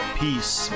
peace